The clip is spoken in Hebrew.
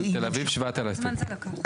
בתל אביב 7,000. כמה זמן זה לקח?